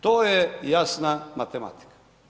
To je jasna matematika.